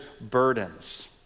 burdens